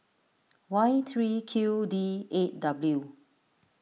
Y three Q D eight W